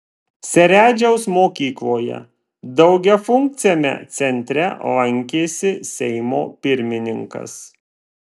seredžiaus mokykloje daugiafunkciame centre lankėsi seimo pirmininkas